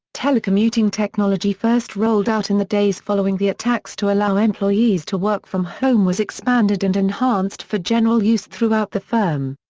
telecommuting technology first rolled out in the days following the attacks to allow employees to work from home was expanded and enhanced for general use throughout the firm.